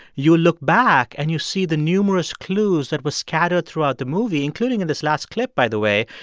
you look back, and you see the numerous clues that were scattered throughout the movie, including in this last clip, by the way,